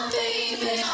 baby